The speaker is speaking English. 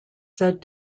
said